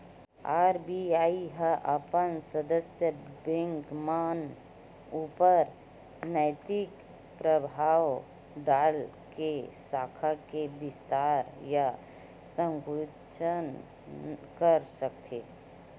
RBI ह अपन सदस्य बेंक मन ऊपर नैतिक परभाव डाल के साख के बिस्तार या संकुचन कर सकथे